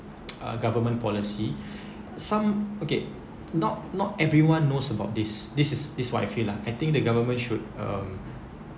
uh government policy some okay not not everyone knows about this this is what I feel lah I think the government should um